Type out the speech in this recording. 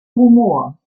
humor